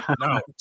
No